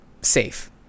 safe